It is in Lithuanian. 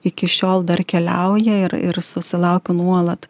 iki šiol dar keliauja ir ir susilaukiu nuolat